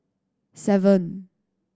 seven